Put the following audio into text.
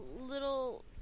little